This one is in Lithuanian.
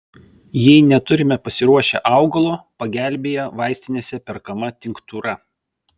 jei neturime pasiruošę augalo pagelbėja vaistinėse perkama tinktūra